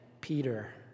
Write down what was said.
Peter